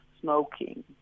smoking